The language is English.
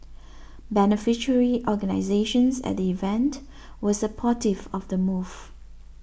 beneficiary organisations at the event were supportive of the move